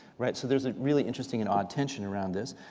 right? so there's a really interesting and odd tension around this.